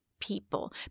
people